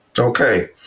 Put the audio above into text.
Okay